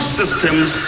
systems